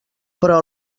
però